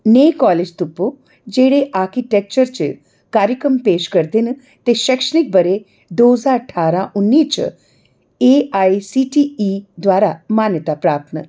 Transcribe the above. नेह् कालेज तुप्पो जेह्ड़े आर्किटेक्चर च कार्यक्रम पेश करदे न ते शैक्षणिक ब'रे दो ज्हार ठारां उन्नी च एआईसीटीई द्वारा मानता प्राप्त न